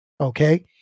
Okay